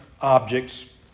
objects